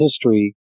history